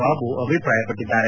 ಬಾಬು ಅಭಿಪ್ರಾಯ ಪಟ್ಟಿದ್ದಾರೆ